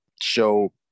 show